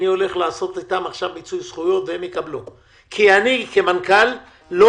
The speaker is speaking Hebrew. אני הולך לעשות להם מיצוי זכויות והם יקבלו כי אני כמנכ"ל לא